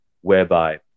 whereby